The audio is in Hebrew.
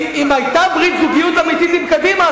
אם היתה ברית זוגיות אמיתית עם קדימה,